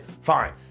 fine